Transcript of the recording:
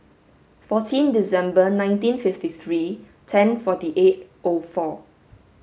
fourteen December nineteen fifty three ten forty eight O four